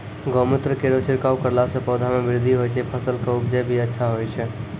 गौमूत्र केरो छिड़काव करला से पौधा मे बृद्धि होय छै फसल के उपजे भी अच्छा होय छै?